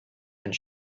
and